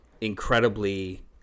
incredibly